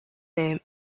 name